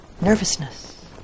nervousness